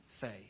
faith